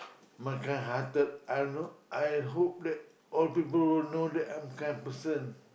my kind hearted I don't know I hope that all people will know that I am kind person